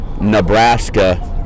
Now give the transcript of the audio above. Nebraska